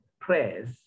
prayers